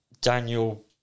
Daniel